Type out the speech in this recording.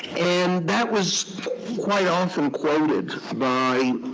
and that was quite often quoted by